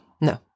No